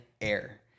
Air